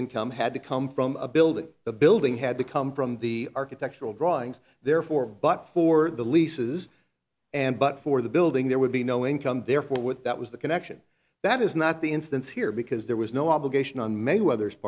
income had to come from a building the building had to come from the architectural drawings therefore but for the leases and but for the building there would be no income therefore with that was the connection that is not the instance here because there was no obligation on mayweather